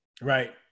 Right